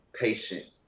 patient